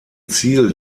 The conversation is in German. ziel